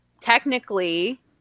technically